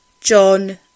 John